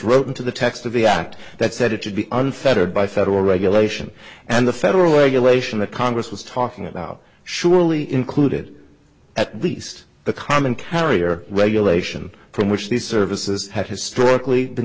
wrote into the text of the act that said it should be unfettered by federal regulation and the federal regulation that congress was talking about surely included at least the common carrier regulation from which these services have historically been